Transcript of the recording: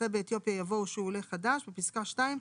אחרי "באתיופיה" יבוא "או שהוא עולה חדש"; בפסקה (2),